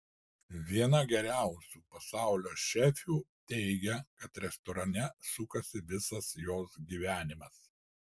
viena geriausių pasaulio šefių teigia kad restorane sukasi visas jos gyvenimas